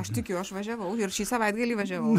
aš tikiu aš važiavau ir šį savaitgalį važiavau